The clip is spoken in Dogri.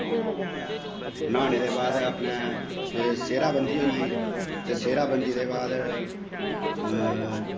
न्हाने दे बाद अपनै सेह्रा बंदी होई गेई ते सेह्रा बंदी दे बाद